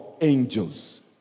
angels